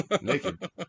naked